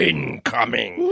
Incoming